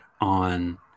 on